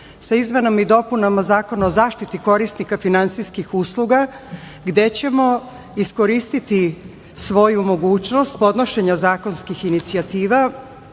o izmenama i dopunama Zakona o zaštiti korisnika finansijskih usluga gde ćemo iskoristiti svoju mogućnost podnošenja zakonskih inicijativa